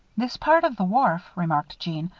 this part of the wharf, remarked jeanne,